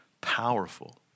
powerful